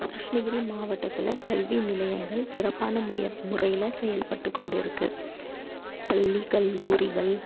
கிருஷ்ணகிரி மாவட்டத்தில் கல்வி நிலையங்கள் சிறப்பான முயற் முறையில் செயல்பட்டுக் கொண்டு இருக்குது பள்ளி கல்லூரிகள்